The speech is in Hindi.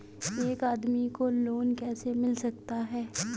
एक आदमी को लोन कैसे मिल सकता है?